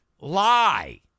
lie